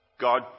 God